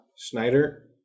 Schneider